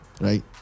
Right